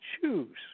choose